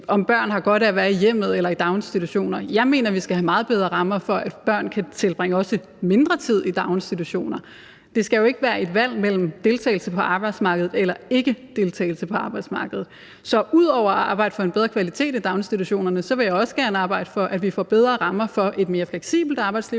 om børn har godt af at være i hjemmet eller i daginstitution. Jeg mener, vi skal have meget bedre rammer for, at børn kan tilbringe også mindre tid i daginstitution. Det skal jo ikke være et valg mellem deltagelse på arbejdsmarkedet eller ikkedeltagelse på arbejdsmarkedet. Så ud over at arbejde for en bedre kvalitet i daginstitutionerne vil jeg også gerne arbejde for, at vi får bedre rammer for et mere fleksibelt arbejdsliv,